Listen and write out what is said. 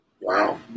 Wow